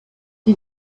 die